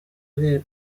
ari